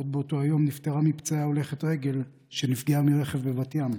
עוד באותו היום נפטרה מפצעיה הולכת רגל שנפגעה מרכב בבת ים.